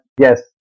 yes